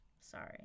Sorry